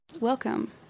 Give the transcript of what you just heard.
Welcome